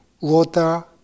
water